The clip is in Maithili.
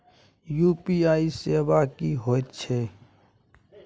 यु.पी.आई सेवा की होयत छै?